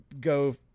go